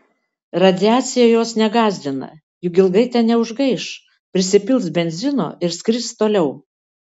radiacija jos negąsdina juk ilgai ten neužgaiš prisipils benzino ir skris toliau